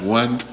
one